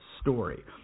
story